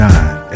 Nine